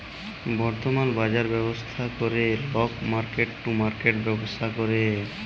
বর্তমাল বাজরের ব্যবস্থা ক্যরে লক মার্কেট টু মার্কেট ব্যবসা ক্যরে